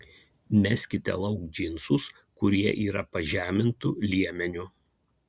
meskite lauk džinsus kurie yra pažemintu liemeniu